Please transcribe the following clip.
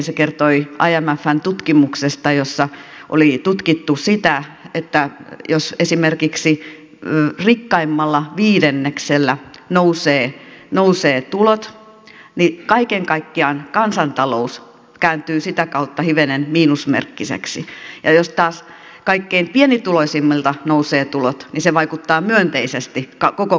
se kertoi imfn tutkimuksesta jossa oli tutkittu sitä että jos esimerkiksi rikkaimmalla viidenneksellä nousevat tulot niin kaiken kaikkiaan kansantalous kääntyy sitä kautta hivenen miinusmerkkiseksi ja jos taas kaikkein pienituloisimmilta nousevat tulot niin se vaikuttaa myönteisesti koko kansantalouteen